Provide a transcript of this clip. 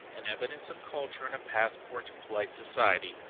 an evidence of culture and a passport to polite society.